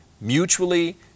mutually